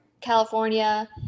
California